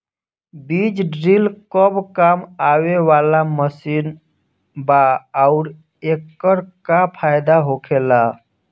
बीज ड्रील कब काम आवे वाला मशीन बा आऊर एकर का फायदा होखेला?